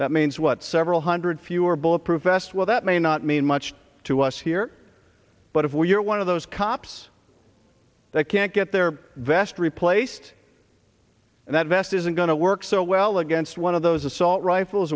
that means what several hundred fewer bulletproof vests well that may not mean much to us here but if you're one of those cops that can't get their vests replaced and that vest isn't going to work so well against one of those assault rifles